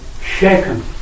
shaken